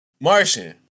Martian